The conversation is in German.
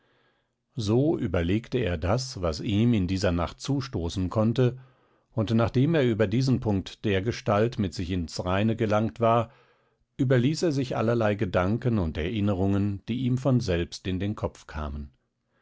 so überlegte er das was ihm in dieser nacht zustoßen konnte und nachdem er über diesen punkt dergestalt mit sich ins reine gelangt war überließ er sich allerlei gedanken und erinnerungen die ihm von selbst in den kopf kamen